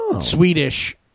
Swedish